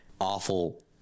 awful